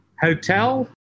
hotel